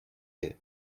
you